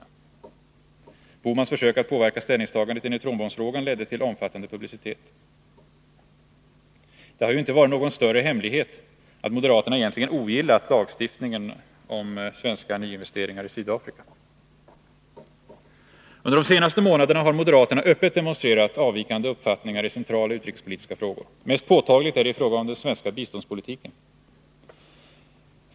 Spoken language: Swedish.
Gösta Bohmans försök att påverka ställningstagandet i neutronbombsfrågan ledde till omfattande publicitet. Det har ju inte varit någon större hemlighet att moderaterna egentligen ogillat lagstiftningen om svenska nyinvesteringar i Sydafrika. Under de senaste månaderna har moderaterna öppet demonstrerat avvikande uppfattningar i centrala utrikespolitiska frågor. Mest påtagligt är det i fråga om den svenska biståndspolitiken.